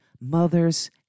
Mother's